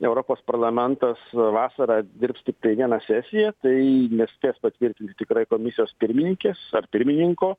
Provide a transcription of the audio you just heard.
europos parlamentas vasarą dirbs tiktai vieną sesiją tai nespės patvirtinti tikrai komisijos pirmininkės ar pirmininko